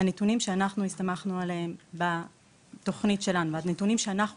הנתונים שאנחנו הסתמכנו עליהם בתוכנית שלנו והנתונים שאנחנו